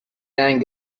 رنگ